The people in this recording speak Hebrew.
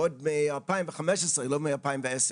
ועוד מ-2015 ולא מ-2010,